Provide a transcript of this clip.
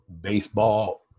Baseball